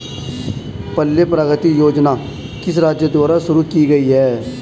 पल्ले प्रगति योजना किस राज्य द्वारा शुरू की गई है?